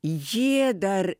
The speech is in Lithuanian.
jie dar